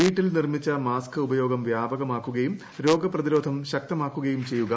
വീട്ടിൽ നിർമ്മിച്ച മാസ്ക് ഉപയോഗം വ്യാപകമാക്കുകയും രോഗപ്രതിരോധം ശക്തമാക്കുകയും ചെയ്യുക